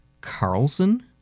Carlson